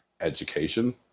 education